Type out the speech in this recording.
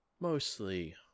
Mostly